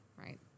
right